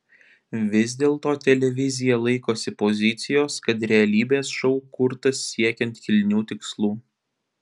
vis dėlto televizija laikosi pozicijos kad realybės šou kurtas siekiant kilnių tikslų